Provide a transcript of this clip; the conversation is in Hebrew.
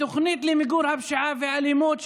התוכנית למיגור הפשיעה והאלימות,